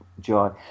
joy